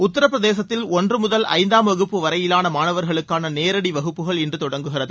உத்தரப்பிரதேசத்தில் ஒன்று முதல் ஐந்தாம் வகுப்பு வரையிலான மாணவர்களுக்கான நேரடி வகுப்புகள் இன்று தொடங்குகிறது